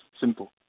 Simple